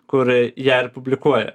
kur ją ir publikuoja